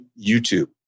YouTube